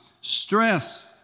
stress